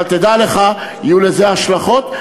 אבל תדע לך שיהיו לזה השלכות,